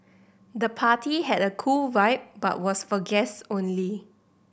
the party had a cool vibe but was for guests only